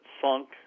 sunk